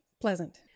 pleasant